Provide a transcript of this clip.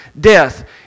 death